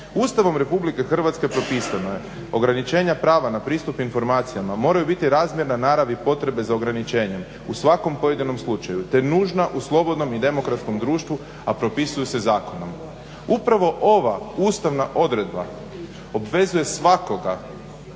Ustavom RH propisano je ograničenja prava na pristup informacijama moraju biti razmjerne naravi potrebe za ograničenjem u svakom pojedinom slučaju, te nužna u slobodnom i demokratskom društvu, a propisuju se zakonom. Upravo ova ustavna odredba obvezuje svakoga,